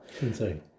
insane